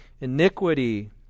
iniquity